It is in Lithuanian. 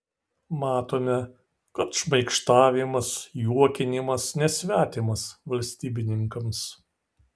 matome kad šmaikštavimas juokinimas nesvetimas valstybininkams